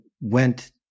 went